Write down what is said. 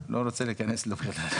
להיכנס.